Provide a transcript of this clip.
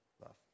love